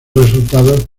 resultados